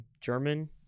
German